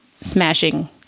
smashing